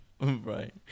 Right